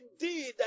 Indeed